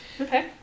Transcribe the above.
Okay